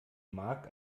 mark